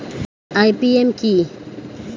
IPM কি?